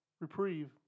reprieve